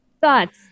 thoughts